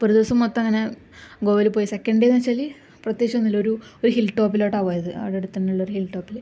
അപ്പം ഒരു ദിവസം മൊത്തം അങ്ങനെ ഗോവയില് പോയി സെക്കന്ഡ് ഡേ എന്ന് വച്ചാല് പ്രത്യേകിച്ച് ഒന്നും ഇല്ല ഒരു ഒരു ഹില്ടോപ്പിലോട്ടാണ് പോയത് അവിടെ അടുത്ത് തന്നെ ഉള്ളൊരു ഹില് ടോപ്പില്